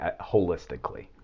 holistically